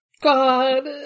God